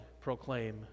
proclaim